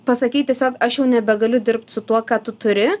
pasakei tiesiog aš jau nebegaliu dirbt su tuo ką tu turi